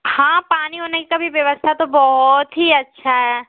हाँ पानी वानी की भी व्यवस्था तो बहुत ही अच्छी है